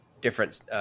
different